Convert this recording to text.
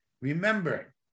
Remember